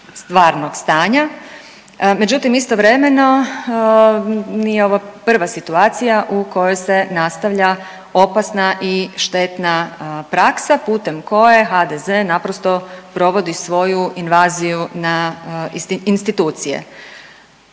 stvarnog stanja. Međutim, istovremeno nije ovo prva situacija u kojoj se nastavlja opasna i štetna praksa putem koje HDZ naprosto provodi svoju invaziju na institucije.